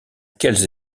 quelles